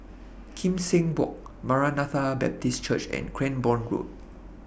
Kim Seng Walk Maranatha Baptist Church and Cranborne Road